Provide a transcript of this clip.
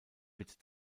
wird